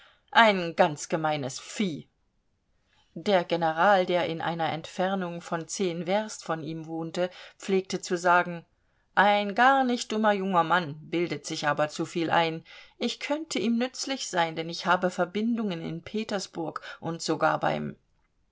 ein ganz gemeines vieh der general der in einer entfernung von zehn werst von ihm wohnte pflegte zu sagen ein gar nicht dummer junger mann bildet sich aber zuviel ein ich könnte ihm nützlich sein denn ich habe verbindungen in petersburg und sogar beim